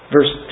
Verse